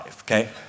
Okay